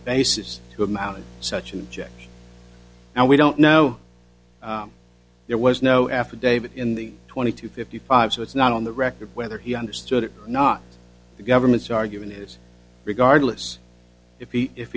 basis to have mounted such an object and we don't know there was no affidavit in the twenty two fifty five so it's not on the record whether he understood or not the government's argument is regardless if he if